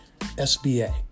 SBA